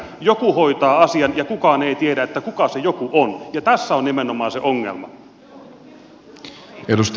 joku hoitaa asian ja kukaan ei tiedä kuka se joku on ja tässä on nimenomaan se ongelma